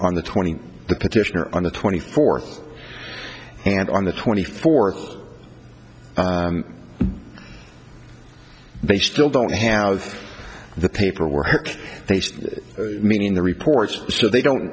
on the twenty the petitioner on the twenty fourth and on the twenty fourth they still don't have the paperwork they mean in the reports so they don't